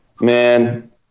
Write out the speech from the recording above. man